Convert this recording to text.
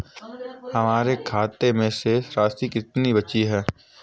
हमारे खाते में शेष राशि कितनी बची है?